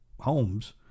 homes